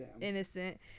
innocent